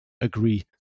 agree